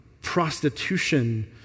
prostitution